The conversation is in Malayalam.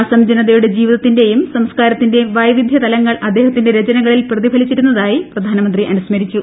അസം ജനതയുടെ ജീവിതത്തിന്റെയും സംസ്കാരതിന്റെയും വൈവിധ്യ തലങ്ങൾ അദ്ദേഹത്തിന്റെ രചനകളിൽ പ്രതിഫലിച്ചിരുന്നതായി പ്രധാനമന്ത്രി അനുസ്മരിച്ചു